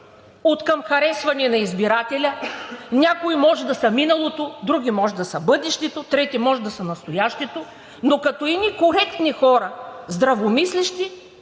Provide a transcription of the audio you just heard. откъм харесване на избирателя – някои може да са миналото, други може да са бъдещето, трети може да са настоящето, но като едни коректни хора, здравомислещи,